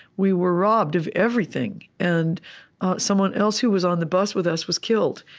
we were robbed of everything. and someone else who was on the bus with us was killed.